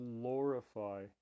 glorify